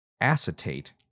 acetate